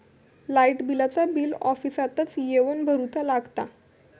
लाईटाचा बिल ऑफिसातच येवन भरुचा लागता?